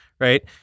right